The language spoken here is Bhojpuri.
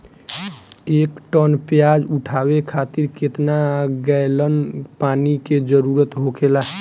एक टन प्याज उठावे खातिर केतना गैलन पानी के जरूरत होखेला?